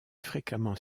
fréquemment